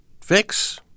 fix